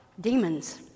Demons